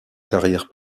carrière